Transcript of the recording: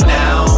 now